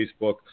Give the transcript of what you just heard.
Facebook